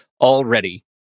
already